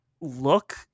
look